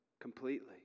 Completely